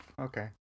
Okay